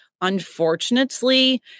unfortunately